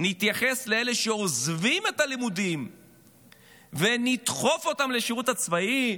נתייחס לאלה שעוזבים את הלימודים ונדחוף אותם לשירות הצבאי,